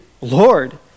Lord